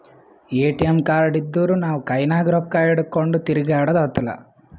ATM card ಇದ್ದೂರ್ ನಾವು ಕೈನಾಗ್ ರೊಕ್ಕಾ ಇಟ್ಗೊಂಡ್ ತಿರ್ಗ್ಯಾಡದ್ ಹತ್ತಲಾ